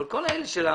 אבל כל אלה של המורחב,